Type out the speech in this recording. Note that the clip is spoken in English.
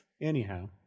Anyhow